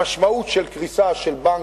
המשמעות של קריסה של בנק,